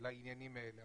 לעניינים האלה.